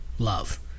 love